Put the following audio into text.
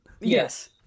Yes